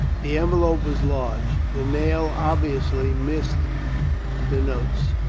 the envelope was large the nail obviously missed the notes.